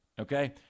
Okay